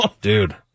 Dude